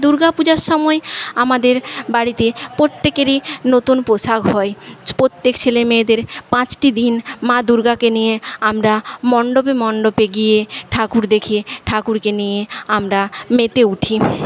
দুর্গাপূজার সময় আমাদের বাড়িতে প্রত্যেকেরই নতুন পোশাক হয় প্রত্যেক ছেলে মেয়েদের পাঁচটি দিন মা দুর্গাকে নিয়ে আমরা মন্ডপে মন্ডপে গিয়ে ঠাকুর দেখি ঠাকুরকে নিয়ে আমরা মেতে উঠি